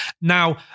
Now